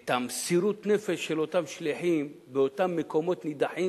את מסירות הנפש של אותם שליחים באותם מקומות נידחים,